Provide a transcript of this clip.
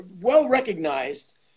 well-recognized